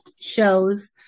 shows